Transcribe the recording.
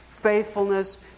faithfulness